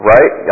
Right